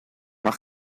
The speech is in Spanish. poco